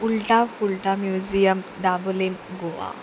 उल्टा फुल्टा म्युजियम धाबलीम गोवा